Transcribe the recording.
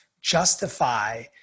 justify